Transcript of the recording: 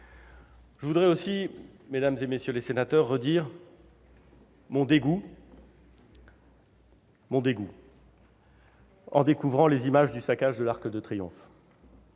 Je voudrais aussi, mesdames, messieurs les sénateurs, redire mon dégoût en découvrant les images du saccage de l'Arc de Triomphe.